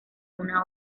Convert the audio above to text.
una